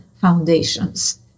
foundations